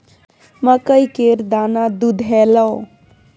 मकइ केर दाना दुधेलौ?